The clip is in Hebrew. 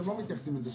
אתם לא מתייחסים לזה,